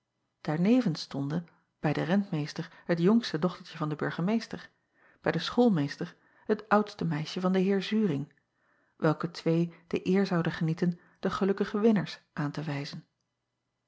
aarnevens stonden bij den rentmeester het jongste dochtertje van den burgemeester bij den schoolmeester het oudste meisje van den eer uring welke twee de eer zouden genieten de gelukkige winners aan te wijzen